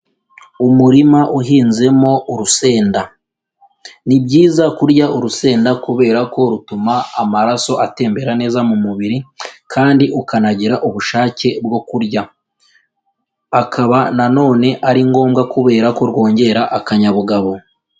Umurima uhinzemo urusenda, ni byiza kurya urusenda kubera ko rutuma amaraso atembera neza mu mubiri kandi ukanagira ubushake bwo kurya, akaba na none ari ngombwa kubera ko rwongera akanyabugabo.